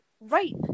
right